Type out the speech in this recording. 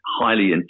highly